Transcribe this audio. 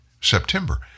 September